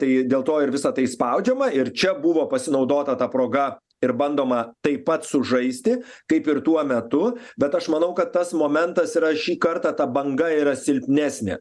tai dėl to ir visa tai spaudžiama ir čia buvo pasinaudota ta proga ir bandoma taip pat sužaisti kaip ir tuo metu bet aš manau kad tas momentas yra šį kartą ta banga yra silpnesnė